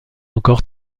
encore